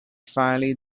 finally